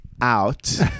out